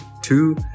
two